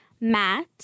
Matt